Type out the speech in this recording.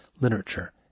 literature